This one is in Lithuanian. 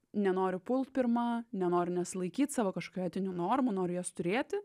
nenoriu pult pirma nenoriu nesilaikyt savo kažkokių etinių normų noriu jas turėti